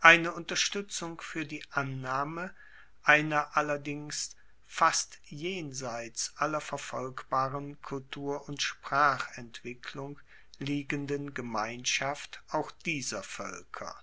eine unterstuetzung fuer die annahme einer allerdings fast jenseits aller verfolgbaren kultur und sprachentwicklung liegenden gemeinschaft auch dieser voelker